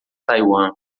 taiwan